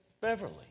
Beverly